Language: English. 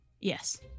Yes